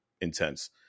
intense